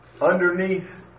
underneath